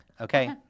okay